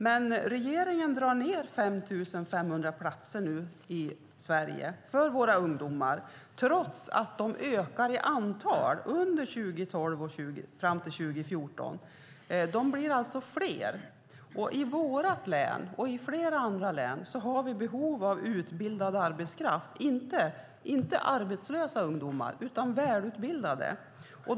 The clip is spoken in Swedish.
Men regeringen drar ned på 5 500 platser i Sverige för våra ungdomar, trots att de ökar i antal under tiden 2012 fram till 2014. De blir alltså fler. I vårt län och i flera andra län har vi behov av utbildad arbetskraft, inte arbetslösa ungdomar utan välutbildade.